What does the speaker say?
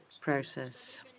process